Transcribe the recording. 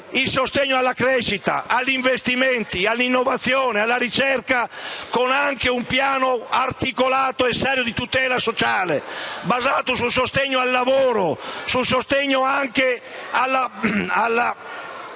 il sostegno alla crescita, agli investimenti, all'innovazione, alla ricerca con un piano articolato e serio di tutela sociale, basato sul sostegno al lavoro, sulla lotta alla